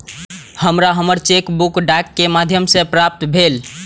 हमरा हमर cheque book डाक के माध्यम से प्राप्त भईल